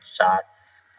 shots